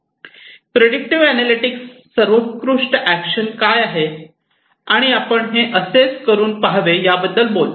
prescriptive analytics सर्वोत्कृष्ट action काय आहे आणि आपण हे असेच करून पहावे याबद्दल बोलतात